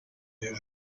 n’ejo